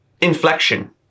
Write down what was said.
Inflection